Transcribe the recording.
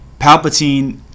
Palpatine